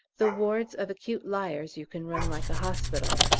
the wards of acute liers you can run like a hospital.